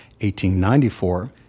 1894